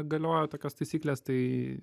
galioja tokios taisyklės tai